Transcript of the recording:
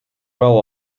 well